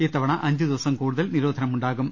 ഇത്തവണ അഞ്ചു ദിവസം കൂടുതൽ നിരോധനമുണ്ടാകും